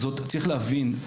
צריך להבין,